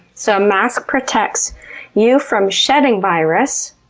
so a mask protects you from shedding virus.